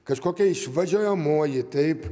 kažkokia išvažiuojamoji taip